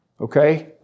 okay